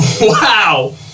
Wow